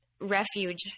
refuge